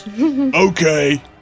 Okay